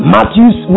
Matthew's